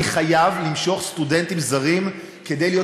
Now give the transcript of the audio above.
אני חייב למשוך סטודנטים זרים כדי להיות